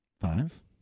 Five